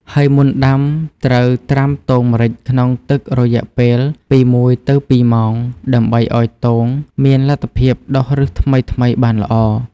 ហើយមុនដាំត្រូវត្រាំទងម្រេចក្នុងទឹក រយៈពេលពី ១ ទៅ ២ ម៉ោង ដើម្បីឱ្យទងមានលទ្ធភាពដុះឫសថ្មីៗបានល្អ។